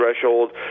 threshold